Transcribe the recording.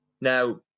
Now